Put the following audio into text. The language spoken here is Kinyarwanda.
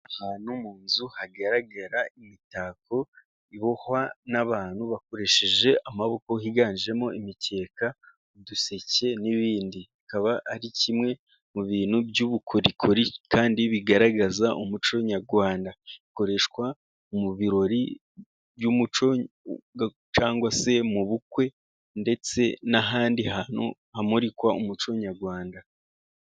Ahantu mu nzu hagaragara imitako ibohwa n'abantu bakoresheje amaboko higanjemo imikeka, uduseke n'ibindi. Bikaba ari kimwe mu bintu by'ubukorikori kandi bigaragaza umuco nyarwanda, ikoreshwa mu birori by'umuco cyangwa se mu bukwe ndetse n'ahandi hantu hamurikwa umuco nyarwanda.